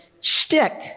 stick